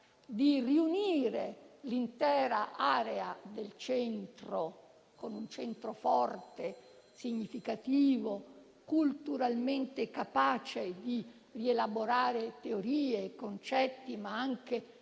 di riunire l'intera area del Centro, con un Centro forte, significativo, culturalmente capace di rielaborare teorie e concetti, ma anche